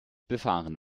befahren